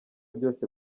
byose